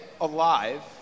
Alive